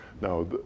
Now